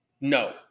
no